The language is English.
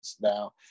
now